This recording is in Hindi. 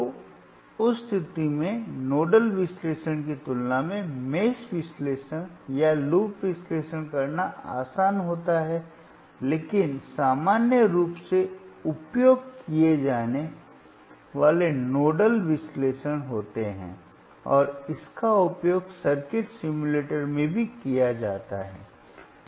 तो उस स्थिति में नोडल विश्लेषण की तुलना में मेष विश्लेषण या लूप विश्लेषण करना आसान होता है लेकिन सामान्य रूप से उपयोग किया जाने वाला नोडल विश्लेषण होता है और इसका उपयोग सर्किट सिमुलेटर में भी किया जाता है